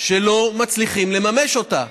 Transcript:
שלא מצליחים לממש אותה,